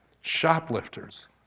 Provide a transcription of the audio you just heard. Shoplifters